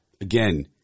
Again